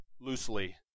loosely